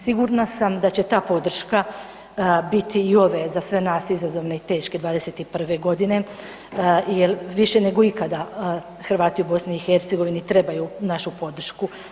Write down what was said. Sigurna sam da će ta podrška biti ove, za sve nas izazovne i teške 2021. g. jer više nego ikada Hrvati u BiH trebaju našu podršku.